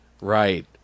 Right